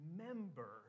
Remember